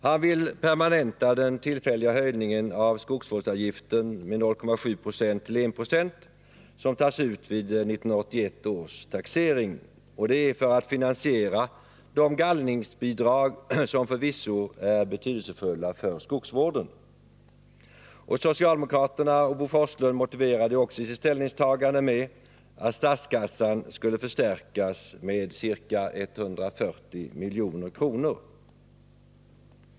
Han vill permanenta den tillfälliga höjningen av skogsvårdsavgiften med 0,7 96 till 1976 som tas ut vid 1980 års taxering — detta för att finansiera de gallringsbidrag som förvisso är betydelsefulla för skogsvården. Socialdemokraterna och Bo Forslund motiverade också sitt ställningstagande med att statskassan skulle förstärkas med ca 140 milj.kr.